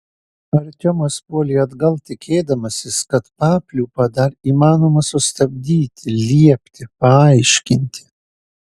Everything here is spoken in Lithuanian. artiomas puolė atgal tikėdamasis kad papliūpą dar įmanoma sustabdyti liepti paaiškinti